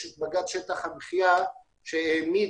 יש בבג"ץ שטח המחייה שהעמיד